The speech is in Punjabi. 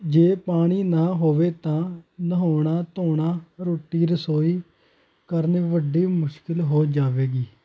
ਜੇ ਪਾਣੀ ਨਾ ਹੋਵੇ ਤਾਂ ਨਹਾਉਣਾ ਧੋਣਾ ਰੋਟੀ ਰਸੋਈ ਕਰਨੀ ਵੱਡੀ ਮੁਸ਼ਕਿਲ ਹੋ ਜਾਵੇਗੀ